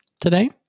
today